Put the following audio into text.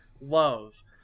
love